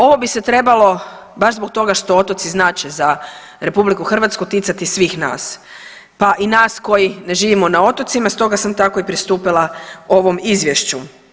Ovo bi se trebalo baš zbog toga što otoci znače za RH ticati svih nas, pa i nas koji ne živimo na otocima stoga sam tako i pristupila ovom izvješću.